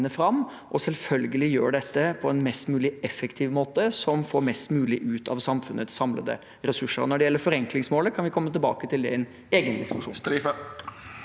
gjør dette på en mest mulig effektiv måte, som får mest mulig ut av samfunnets samlede ressurser. Når det gjelder forenklingsmålet, kan vi komme tilbake til det i en egen diskusjon.